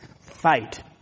fight